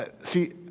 See